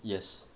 yes